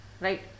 right